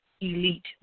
Elite